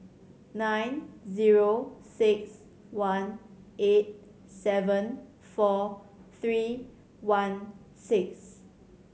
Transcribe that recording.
nine zero six one eight seven four three one six